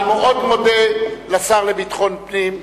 אני מאוד מודה לשר לביטחון פנים,